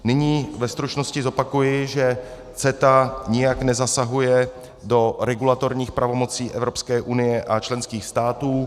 Nyní ve stručnosti zopakuji, že CETA nijak nezasahuje do regulatorních pravomocí EU a členských států.